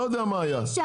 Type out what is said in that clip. לא יודע מה היה,